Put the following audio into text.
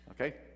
Okay